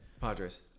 Padres